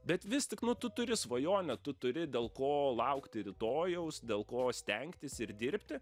bet vis tik nu tu turi svajonę tu turi dėl ko laukti rytojaus dėl ko stengtis ir dirbti